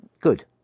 Good